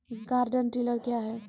Garden tiller क्या हैं?